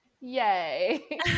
Yay